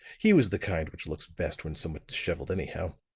he was the kind which looks best when somewhat disheveled, anyhow.